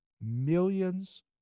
millions